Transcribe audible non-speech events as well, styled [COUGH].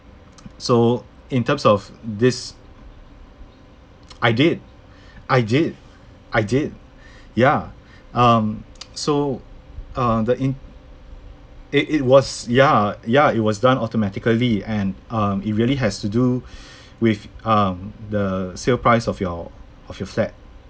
[NOISE] so in terms of this [NOISE] I did I did I did ya um [NOISE] so uh the in~ it it was ya ya it was done automatically and um it really has to do with um the sale price of your of your flat